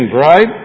right